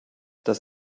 das